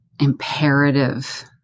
imperative